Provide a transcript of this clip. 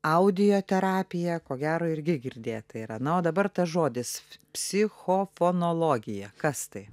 audioterapija ko gero irgi girdėta yra na o dabar tas žodis psichofonologija kas tai